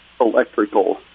electrical